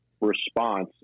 response